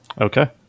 okay